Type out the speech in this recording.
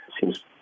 Seems